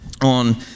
on